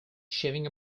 shaving